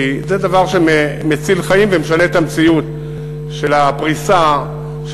כי זה דבר שמציל חיים ומשנה את המציאות של הפריסה של